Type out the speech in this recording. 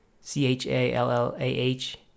C-H-A-L-L-A-H